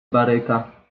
baryka